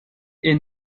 est